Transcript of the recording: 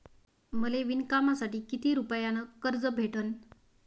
मले विणकामासाठी किती रुपयानं कर्ज भेटन?